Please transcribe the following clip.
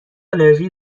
آلرژی